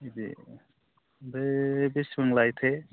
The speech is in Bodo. बिदि ओमफ्राय बेसेबां लायोथाय